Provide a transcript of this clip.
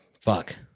fuck